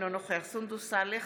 אינו נוכח סונדוס סאלח,